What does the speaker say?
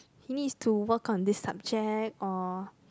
he needs to work on this subject or